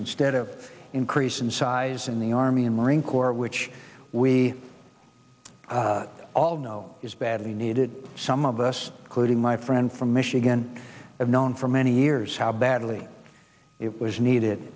instead of increase in size in the army and marine corps which we all know is badly needed some of us clued in my friend from michigan have known for many years how badly it was needed